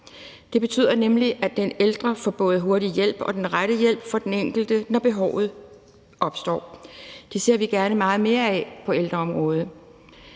Det betyder nemlig, at den ældre både får en hurtig hjælp og den rette hjælp for den enkelte, når behovet opstår. Det ser vi gerne meget mere af på ældreområdet.